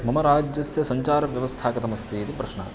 मम राज्यस्य सञ्चारव्यवस्था कथमस्ति इति प्रश्नः